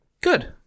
Good